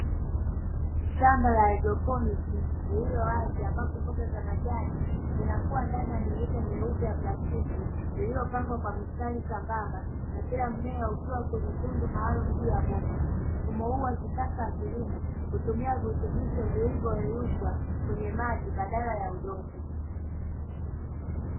Shamba la haidroponi lililo wazi ambapo mboga za majani zinakuwa ndani ya mirija myeupe ya plastiki, iliyopangwa kwa mistari sambamba na kila mmea ukiwa kwenye tundu maalumu juu ya bomba. Mfumo huu wa kisasa wa kilimo hutumia virutubisho vilivyoyeyushwa kwenye maji baadala ya udongo.